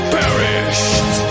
perished